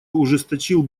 ужесточил